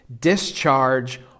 discharge